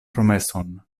promeson